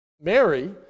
Mary